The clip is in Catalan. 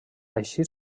així